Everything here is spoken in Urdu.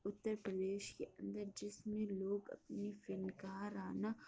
اتر پردیش کے اندر جس میں لوگ اپنی فنکارانہ